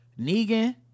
Negan